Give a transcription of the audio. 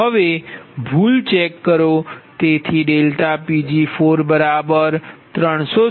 હવે ભૂલ ચેક કરો તેથીPg3704